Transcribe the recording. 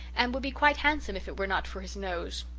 and would be quite handsome if it were not for his nose.